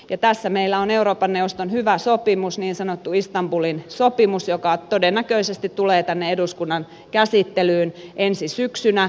tässä meillä on euroopan neuvoston hyvä sopimus niin sanottu istanbulin sopimus joka todennäköisesti tulee tänne eduskunnan käsittelyyn ensi syksynä